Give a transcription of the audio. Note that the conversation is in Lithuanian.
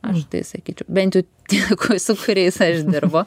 aš tai sakyčiau bent jau tie su kuriais aš dirbu